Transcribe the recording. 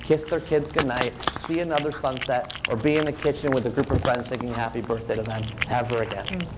kiss their kids goodnight, see another sunset, or be in the kitchen with a group of friends singing happy birthday to them ever again.